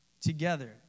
together